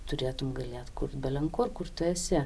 turėtum galėt kurt belenkur kur tu esi